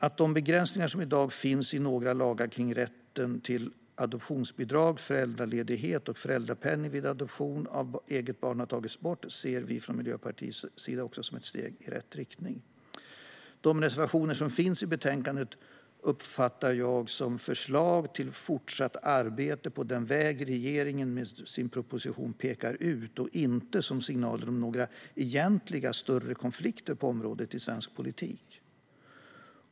Att de begränsningar som i dag finns i några lagar kring rätten till adoptionsbidrag, föräldraledighet och föräldrapenning vid adoption av eget barn tas bort ser vi från Miljöpartiets sida också som ett steg i rätt riktning. De reservationer som finns i betänkandet uppfattar jag som förslag till fortsatt arbete på den väg som regeringen med sin proposition pekar ut och inte som signaler om några egentliga större konflikter på området i svensk politik.